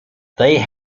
they